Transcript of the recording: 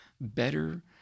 better